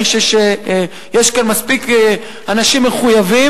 אני חושב שיש כאן מספיק אנשים מחויבים.